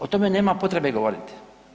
O tome nema potrebe govoriti.